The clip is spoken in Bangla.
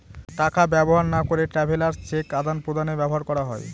টাকা ব্যবহার না করে ট্রাভেলার্স চেক আদান প্রদানে ব্যবহার করা হয়